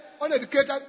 uneducated